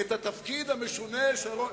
את התפקיד המשונה של,